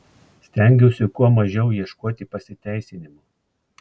stengiausi kuo mažiau ieškoti pasiteisinimų